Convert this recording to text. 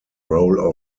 role